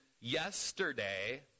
yesterday